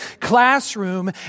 classroom